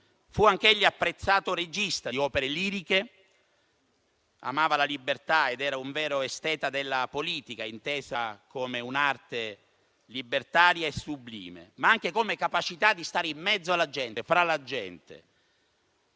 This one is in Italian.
Fu anch'egli apprezzato regista di opere liriche, amava la libertà ed era un vero esteta della politica intesa come un'arte libertaria e sublime, ma anche come capacità di stare in mezzo alla gente, fra la gente,